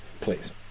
Please